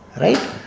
Right